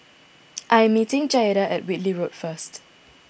I am meeting Jaeda at Whitley Road first